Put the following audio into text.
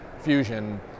fusion